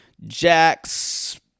Jax